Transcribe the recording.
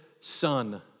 son